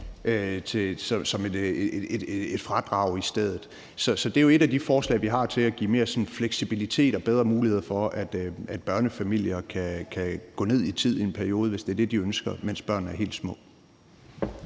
som et fradrag i stedet. Det er jo et af de forslag, vi har til at give mere fleksibilitet og bedre muligheder for, at man i børnefamilier kan gå ned i tid en periode, mens børnene er helt små,